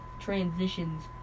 transitions